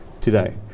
today